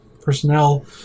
personnel